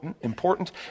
important